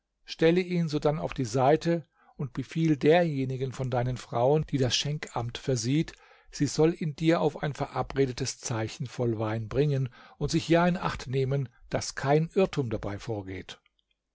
stelle ihn sodann auf die seite und befiehl derjenigen von deinen frauen die das schenkamt versieht sie soll ihn dir auf ein verabredetes zeichen voll wein bringen und sich ja in acht nehmen daß kein irrtum dabei vorgeht